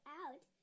out